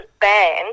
banned